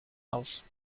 else